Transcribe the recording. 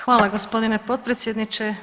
Hvala gospodine potpredsjedniče.